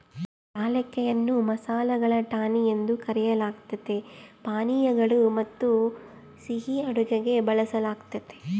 ಏಲಕ್ಕಿಯನ್ನು ಮಸಾಲೆಗಳ ರಾಣಿ ಎಂದು ಕರೆಯಲಾಗ್ತತೆ ಪಾನೀಯಗಳು ಮತ್ತುಸಿಹಿ ಅಡುಗೆಗೆ ಬಳಸಲಾಗ್ತತೆ